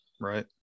Right